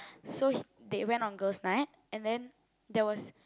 so he they went on girls night and then there was